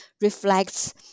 reflects